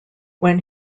when